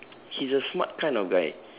he's a smart kind of guy